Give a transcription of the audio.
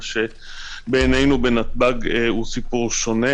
מה שבעינינו בנתב"ג הוא סיפור שונה.